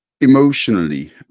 emotionally